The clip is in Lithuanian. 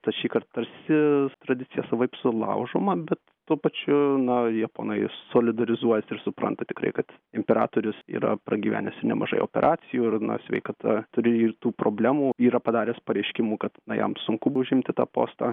tad šįkart tarsi tradicija savaip sulaužoma bet tuo pačiu na japonai solidarizuojasi ir supranta tikrai kad imperatorius yra pragyvenęs ir nemažai operacijų ir na sveikata turi ir tų problemų yra padaręs pareiškimų kad na jam sunku užimti tą postą